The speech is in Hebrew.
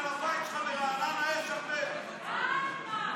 שלמה קרעי, בצלאל סמוטריץ', שמחה רוטמן,